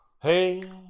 Hey